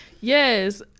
yes